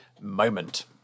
moment